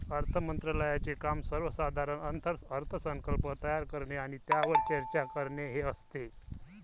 अर्थ मंत्रालयाचे काम सर्वसाधारण अर्थसंकल्प तयार करणे आणि त्यावर चर्चा करणे हे असते